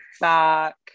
back